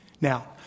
Now